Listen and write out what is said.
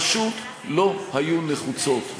פשוט לא היו נחוצות,